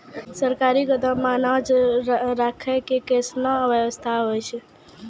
सरकारी गोदाम मे अनाज राखै के कैसनौ वयवस्था होय छै?